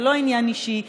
זה לא עניין אישי.